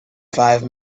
five